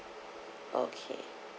okay